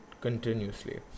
continuously